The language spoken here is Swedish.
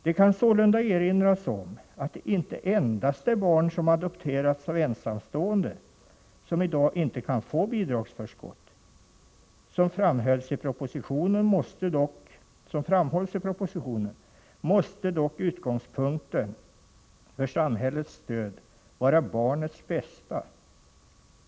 Det kan sålunda erinras om att det inte endast är barn som adopterats av ensamstående som i dag inte kan få bidragsförskott. Som framhålls i propositionen måste dock utgångspunkten för samhällets stöd vara barnets bästa.